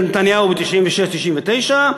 ממשלת נתניהו ב-1996 1999,